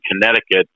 Connecticut